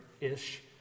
ish